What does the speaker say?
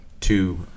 two